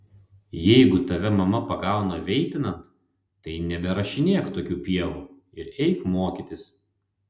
jeigu tave mama pagauna veipinant tai neberašinėk tokių pievų ir eik mokytis